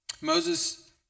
Moses